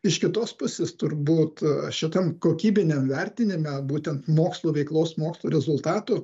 iš kitos pusės turbūt šitam kokybiniam vertinime būtent mokslo veiklos mokslo rezultatų